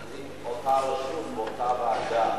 יהיה נציג אותה עיר באותה ועדה,